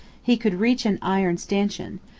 he could reach an iron stanchion,